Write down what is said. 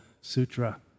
sutra